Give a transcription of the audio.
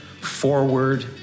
forward